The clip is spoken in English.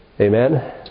Amen